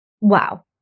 wow